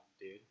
dude